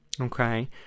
okay